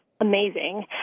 amazing